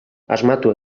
asmatu